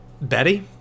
betty